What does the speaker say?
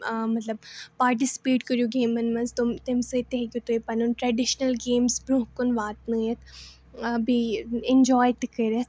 آ مطلب پاٹِسِپیٹ کٔرِو گیمَن مَنٛز تِم تَمہِ سۭتۍ تہِ ہیٚکِو تُہۍ پَنُن ٹرٛیڈِشنَل گیمٕز برونٛہہ کُن واتنٲوِتھ بیٚیہِ اِنٛجاے تہِ کٔرِتھٛ